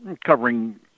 covering